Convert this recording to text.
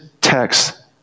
text